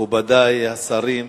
מכובדי השרים,